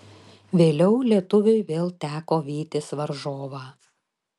vėliau lietuviui vėl teko vytis varžovą